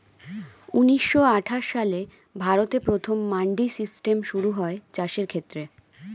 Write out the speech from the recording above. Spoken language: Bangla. ঊন্নিশো আটাশ সালে ভারতে প্রথম মান্ডি সিস্টেম শুরু হয় চাষের ক্ষেত্রে